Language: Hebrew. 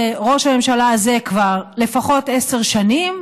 וראש הממשלה הזה כבר לפחות עשר שנים,